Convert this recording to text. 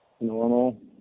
normal